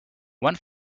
one